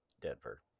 Denver